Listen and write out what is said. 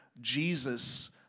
Jesus